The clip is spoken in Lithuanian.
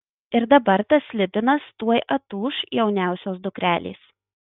ir dabar tas slibinas tuoj atūš jauniausios dukrelės